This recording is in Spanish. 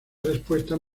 respuesta